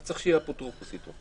אתה צריך שיהיה אפוטרופוס אתו,